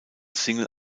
single